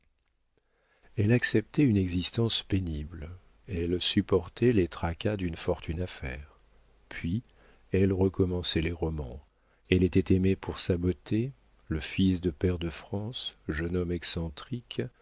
elle acceptait une existence pénible elle supportait les tracas d'une fortune à faire puis elle recommençait les romans elle était aimée pour sa beauté un fils de pair de france jeune homme excentrique